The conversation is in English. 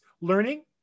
learning